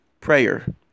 prayer